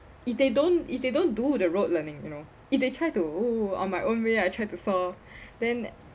if they don't if they don't do the rote learning you know if they try to oo on my own way I try to solve then